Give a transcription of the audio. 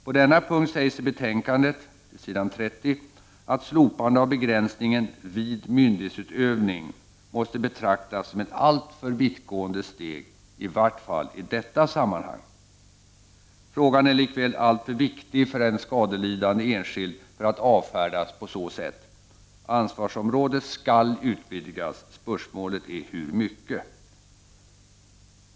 På denna punkt sägs i betänkandet på s. 30 att slopande av begränsningen ”vid myndighetsutövning” måste betraktas som ett alltför vittgående steg, i vart fall i detta sammanhang. Frågan är likväl alltför viktig för en skadelidande enskild för att avfärdas på sätt som skett. Ansvarsområdet skall utvidgas — spörsmålet är hur mycket.